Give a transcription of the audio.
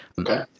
okay